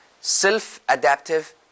self-adaptive